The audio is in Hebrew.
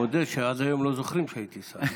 מודה שעד היום לא זוכרים שהייתי שר.